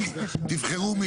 אני